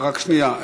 רק שנייה.